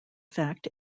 fact